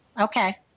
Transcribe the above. Okay